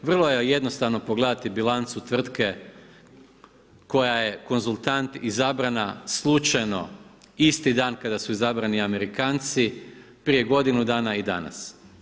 Vrlo je jednostavno pogledati bilancu tvrtke koja je konzultant i zabrana slučajno isti dan kada su izabrani Amerikanci, prije godinu dana i danas.